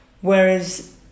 Whereas